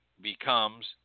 becomes